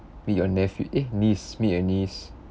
meet your nephew eh niece meet your niece